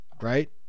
right